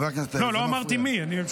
לא, אני לא אמרתי מי.